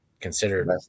considered